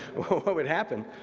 what would happen,